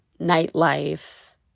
nightlife